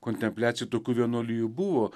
kontempliacijai tokių vienuolijų buvo